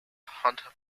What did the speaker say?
hunt